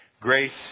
Grace